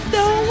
no